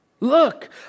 Look